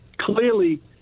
clearly